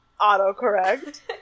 autocorrect